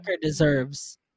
deserves